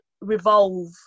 revolve